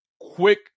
Quick